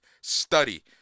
study